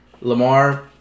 Lamar